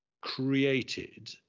created